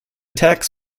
tax